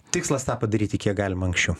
tikslas tą padaryti kiek galima anksčiau